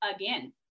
again